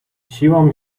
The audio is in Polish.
siłą